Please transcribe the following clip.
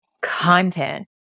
content